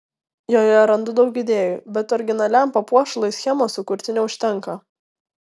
joje randu daug idėjų bet originaliam papuošalui schemos sukurti neužtenka